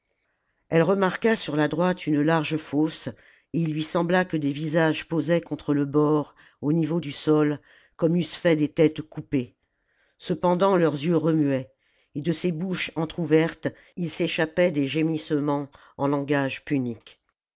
elle remarqua sur la droite une large fosse et il lui sembla que des visages posaient contre le bord au niveau du sol comme eussent fait des têtes coupées cependant leurs yeux remuaient et de ces bouches entr'ouvertes il s'échappait des gémissements en langage